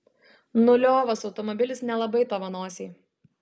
nuliovas automobilis nelabai tavo nosiai